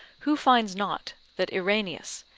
who finds not that irenaeus,